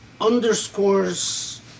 underscores